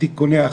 תיקוני החקיקה.